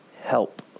help